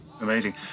Amazing